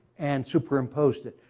and superimposed it.